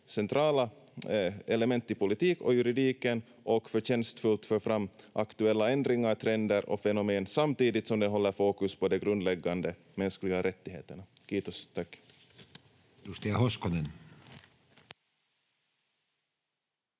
centrala element i politiken och juridiken och förtjänstfullt för fram aktuella ändringar, trender och fenomen samtidigt som den håller fokus på de grundläggande mänskliga rättigheterna. — Kiitos, tack. [Speech